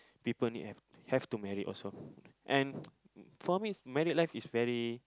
people need have have to married also and for me married life is very